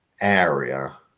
area